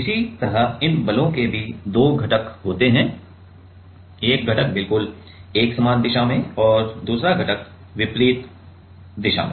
इसी तरह इन बलों के भी दो घटक होते हैं एक घटक बिल्कुल एक सामान दिशा में और दूसरा घटक विपरीत दिशा में